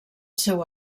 seu